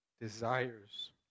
desires